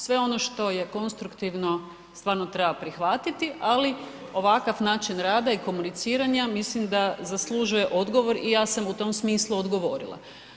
Sve ono što je konstruktivno stvarno treba prihvatiti, ali ovakav način rada i komuniciranja, mislim da zaslužuje odgovor i ja sam u tom smislu odgovorila.